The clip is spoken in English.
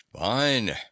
fine